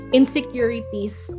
insecurities